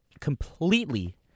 completely